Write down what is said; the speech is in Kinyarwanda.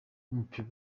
w’umupira